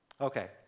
Okay